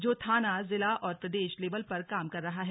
जो थाना जिला और प्रदेश लेवल पर काम कर रहा है